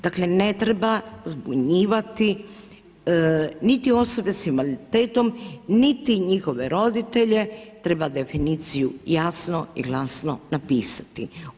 Dakle ne treba zbunjivati niti osobe sa invaliditetom, niti njihove roditelje, treba definiciju jasno i glasno napisati.